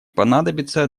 понадобится